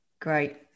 great